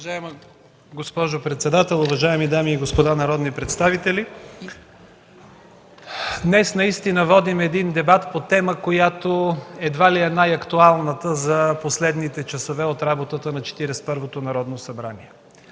Уважаема госпожо председател, уважаеми дами и господа народни представители! Днес наистина водим един дебат по тема, която едва ли е най-актуалната за последните часове от работата на Четиридесет